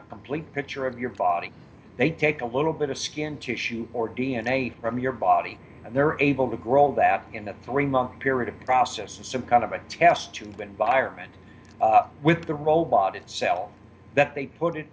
a complete picture of your body they take a little bit of skin tissue or d n a from your body and they're able to grow that in the three month period a process of kind of a test tube environment with the robot itself that they put it